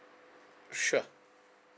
sure